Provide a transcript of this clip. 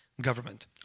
government